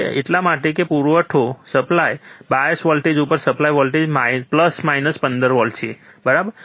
તે એટલા માટે છે કે પુરવઠો વોલ્ટેજ બાયસ વોલ્ટેજ પર supply voltage plus minus 15 volt છે બરાબર